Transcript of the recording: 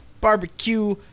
barbecue